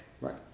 Right